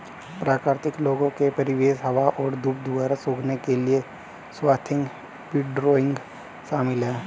प्राकृतिक लोगों के परिवेशी हवा और धूप द्वारा सूखने के लिए स्वाथिंग विंडरोइंग शामिल है